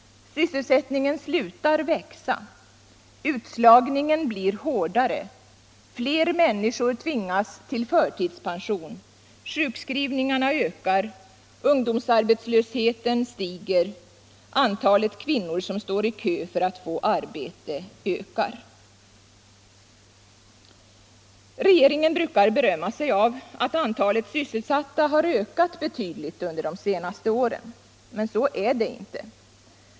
Den slutar öka. Utslagningen blir hårdare. Fler människor tvingas till förtidspension. Sjukskrivningarna ökar. Ungdomsarbetslösheten stiger. Antalet kvinnor som står i kö för att få arbete ökar. Regeringen brukar berömma sig av att antalet sysselsatta ökat betydligt de senaste åren. Så är det inte.